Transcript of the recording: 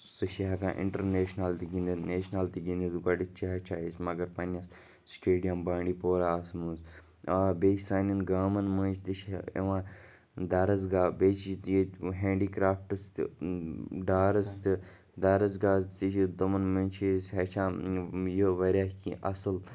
سُہ چھِ ہیٚکان اِنٹَرنیشنَل تہِ گِنٛدِتھ نیشنَل تہِ گِنٛدِتھ گۄٚڈٮ۪تھ چھِ ہیٚچھان أسۍ مگر پنٛنِس سٹیڈیَم بانڈی پوراہَس منٛز آ بیٚیہِ سانٮ۪ن گامَن منٛز تہِ چھِ یِوان درسگاہ بیٚیہِ چھِ یہِ تہِ ییٚتہِ ہیٚنٛڈی کرٛافٹٕس تہِ ڈارٕز تہِ دَرسگاہَس تہِ چھِ تِمَن منٛز چھِ أسۍ ہیٚچھان یہِ واریاہ کینٛہہ اَصٕل